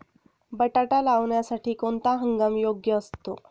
बटाटा लावण्यासाठी कोणता हंगाम योग्य असतो?